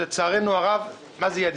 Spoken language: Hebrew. שלצערנו הרב מה זה יעדים?